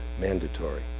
mandatory